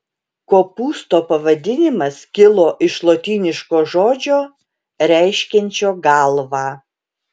kopūsto pavadinimas kilo iš lotyniško žodžio reiškiančio galvą